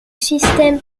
système